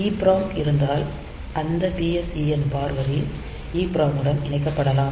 EPROM இருந்தால் அந்த PSEN பார் வரி EPROM உடன் இணைக்கப்படலாம்